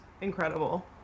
incredible